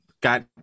got